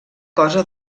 cosa